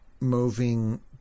moving